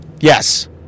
Yes